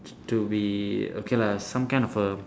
to be okay lah some kind of a